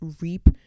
reap